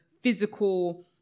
physical